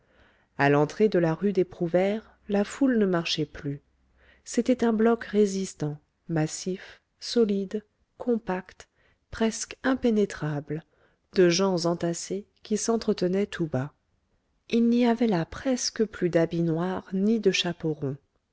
à l'entrée de la rue des prouvaires la foule ne marchait plus c'était un bloc résistant massif solide compact presque impénétrable de gens entassés qui s'entretenaient tout bas il n'y avait là presque plus d'habits noirs ni de chapeaux